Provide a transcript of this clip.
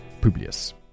publius